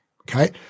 okay